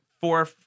four